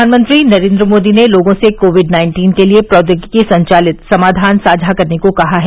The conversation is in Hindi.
प्रधानमंत्री नरेन्द्र मोदी ने लोगों से कोविड नाइन्टीन के लिए प्रौद्योगिकी संचालित समाधान साझा करने को कहा है